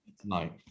tonight